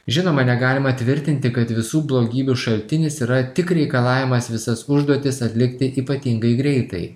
žinoma negalima tvirtinti kad visų blogybių šaltinis yra tik reikalavimas visas užduotis atlikti ypatingai greitai